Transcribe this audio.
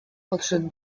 podszedł